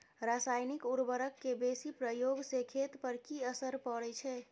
रसायनिक उर्वरक के बेसी प्रयोग से खेत पर की असर परै छै?